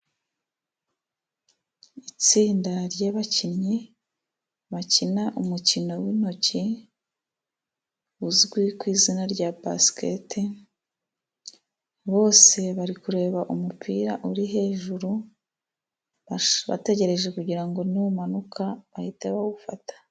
Itsinda ry'abakinnyi bakina umukino w'intoki uzwi ku izina rya basiketi, bose bari kureba umupira uri hejuru bategereje kugira ngo numanuka bahite bawufata.